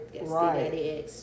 right